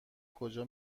کجا